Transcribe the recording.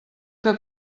que